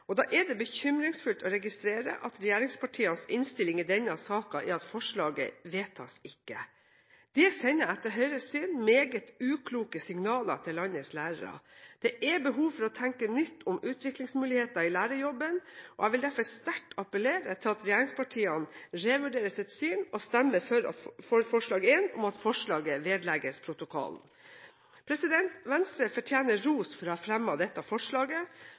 og da er det bekymringsfullt å registrere at regjeringspartienes innstilling i denne saken er at forslaget ikke vedtas. Det sender etter Høyres syn meget ukloke signaler til landets lærere. Det er behov for å tenke nytt om utviklingsmuligheter i lærerjobben, og jeg vil derfor sterkt appellere til at regjeringspartiene revurderer sitt syn og stemmer for forslag nr. 1 om at forslaget vedlegges protokollen. Venstre fortjener ros for å ha fremmet dette forslaget,